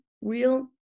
real